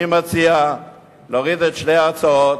אני מציע להוריד את שתי ההצעות.